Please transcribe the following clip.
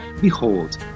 Behold